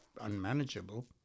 unmanageable